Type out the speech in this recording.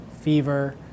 fever